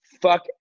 fuck